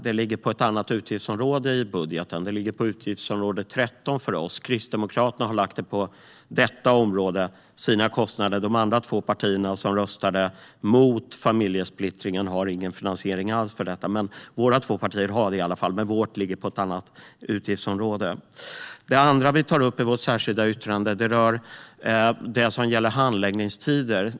Det ligger på ett annat utgiftsområde i budgeten för oss - nr 13 - medan Kristdemokraterna har lagt sina kostnader på detta område. De andra två partierna som röstade emot familjesplittring har ingen finansiering alls. Våra två partier har i alla fall det, men vårt ligger på ett annat utgiftsområde. Det andra vi tar upp i vårt särskilda yttrande rör handläggningstider.